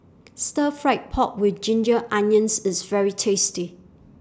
Stir Fried Pork with Ginger Onions IS very tasty